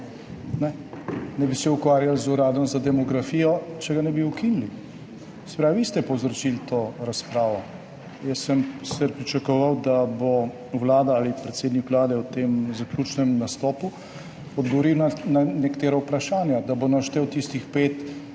Ne bi se ukvarjali z Uradom za demografijo, če ga ne bi ukinili. Se pravi, vi ste povzročili to razpravo. Jaz sem sicer pričakoval, da bo vlada ali predsednik Vlade v tem zaključnem nastopu odgovoril na nekatera vprašanja, da bo naštel tistih pet